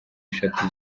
eshatu